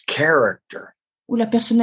character